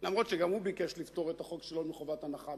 אף-על-פי שגם הוא ביקש לפטור את החוק שלו מחובת הנחה,